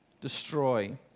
destroy